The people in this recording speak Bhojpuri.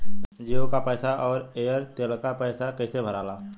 जीओ का पैसा और एयर तेलका पैसा कैसे भराला?